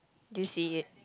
did you see it